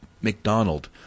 McDonald